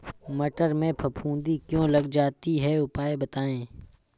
मटर में फफूंदी क्यो लग जाती है उपाय बताएं?